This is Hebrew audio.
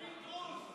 הכנסת,